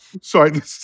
Sorry